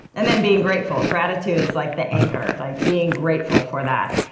and then being grateful. gratitude is like the anchor, like being grateful for that,